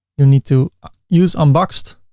you need to use unboxed,